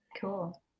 Cool